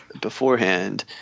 beforehand